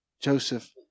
Joseph